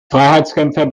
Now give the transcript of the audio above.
freiheitskämpfer